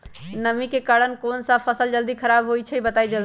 नमी के कारन कौन स फसल जल्दी खराब होई छई बताई?